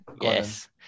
yes